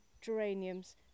geraniums